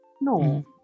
no